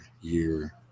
year